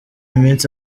iminsi